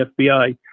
FBI